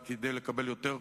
כדי לקבל יותר קולות,